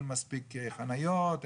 אין מספיק חניות,